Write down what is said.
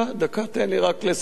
תן לי רק לסיים את המשפט,